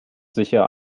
sicher